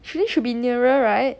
should then should be nearer right